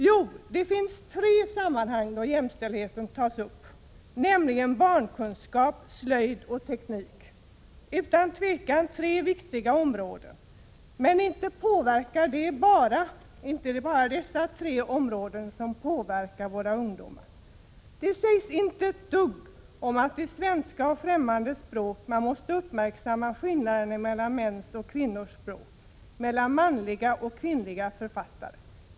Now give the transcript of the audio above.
Jo, det finns tre sammanhang där jämställdheten tas upp, nämligen barnkunskap, slöjd och teknik — utan tvivel tre viktiga områden. Men inte är det bara dessa tre områden som påverkar våra ungdomar. Det sägs inte ett dugg om att man i svenska och främmande språk måste uppmärksamma skillnaden mellan mäns och kvinnors språk samt mellan manliga och kvinnliga författare.